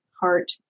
heart